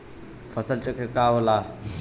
फसल चक्र का होला?